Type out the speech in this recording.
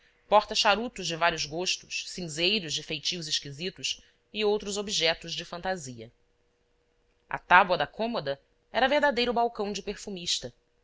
sem serventia porta charutos de vários gostos cinzeiros de feitios esquisitos e outros objetos de fantasia a tábua da cômoda era verdadeiro balcão de perfumista